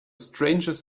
strangest